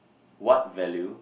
what value